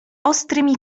ostrymi